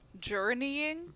journeying